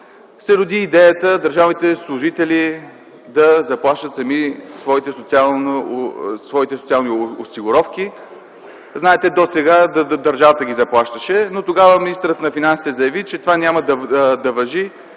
се роди идеята държавните служители да заплащат сами своите социални осигуровки. Знаете, че досега държавата ги заплащаше, но тогава министърът на финансите заяви, че това няма да важи